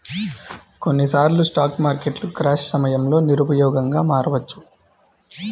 కొన్నిసార్లు స్టాక్ మార్కెట్లు క్రాష్ సమయంలో నిరుపయోగంగా మారవచ్చు